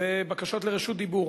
אלה בקשות לרשות דיבור